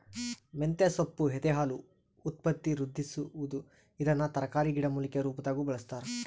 ಮಂತೆಸೊಪ್ಪು ಎದೆಹಾಲು ಉತ್ಪತ್ತಿವೃದ್ಧಿಸುವದು ಇದನ್ನು ತರಕಾರಿ ಗಿಡಮೂಲಿಕೆ ರುಪಾದಾಗೂ ಬಳಸ್ತಾರ